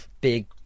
big